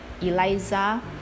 Eliza